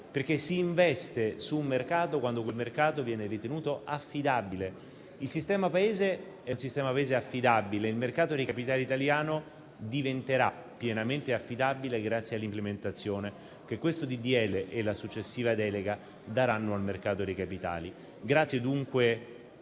perché si investe su un mercato quando quel mercato viene ritenuto affidabile. Il sistema Paese è affidabile e il mercato dei capitali italiano diventerà pienamente affidabile grazie all'implementazione che questo disegno di legge e la successiva delega daranno al mercato dei capitali. Ringrazio dunque